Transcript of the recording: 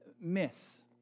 miss